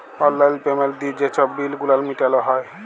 অললাইল পেমেল্ট দিঁয়ে যে ছব বিল গুলান মিটাল হ্যয়